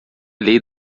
lei